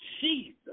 Jesus